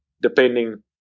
depending